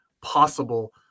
possible